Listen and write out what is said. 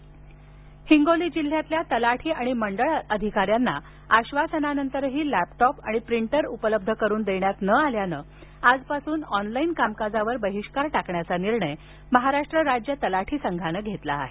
बहिष्कार हिंगोली जिल्ह्यातल्या तलाठी आणि मंडळ अधिकाऱ्यांना आश्वासनानंतरही लॅपटॉप आणि प्रिंटर उपलब्ध करून देण्यात न आल्यानं आजपासून ऑनलाईन कामकाजावर बहिष्कार टाकण्याचा निर्णय महाराष्ट राज्य तलाठी संघानं घेतला आहे